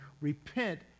repent